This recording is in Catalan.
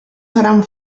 seran